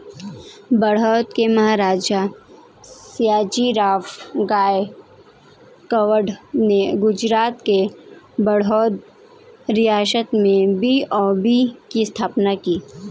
बड़ौदा के महाराजा, सयाजीराव गायकवाड़ ने गुजरात के बड़ौदा रियासत में बी.ओ.बी की स्थापना की